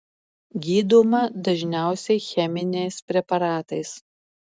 gydoma dažniausiai cheminiais preparatais